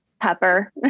Pepper